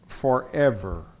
forever